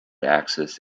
axis